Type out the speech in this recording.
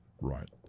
Right